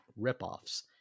ripoffs